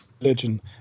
religion